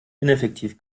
ineffektiv